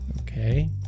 Okay